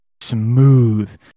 smooth